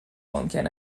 ممکن